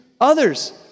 others